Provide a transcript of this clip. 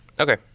Okay